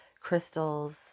crystals